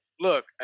Look